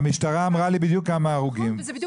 המשטרה אמרה לי בדיוק כמה הרוגים.